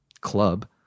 club